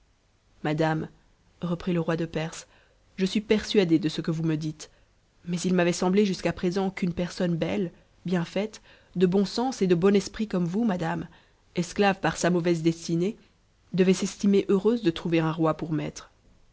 madame reprit le roi de perse je suis persuadé de ce que vous médites mais il m'avait semblé jusqu'à présent qu'une personne belle bien faite de bon sens et de bon esprit comme vous madame esclave par sa mauvaise destinée devait s'estimer heureuse de trouver un roi pour maître